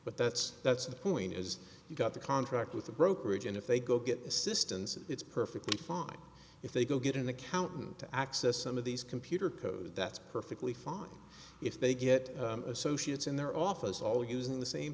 but that's that's the point is you got the contract with the brokerage and if they go get assistance it's perfectly fine if they go get an accountant to access some of these computer code that's perfectly fine if they get associates in their office all using the same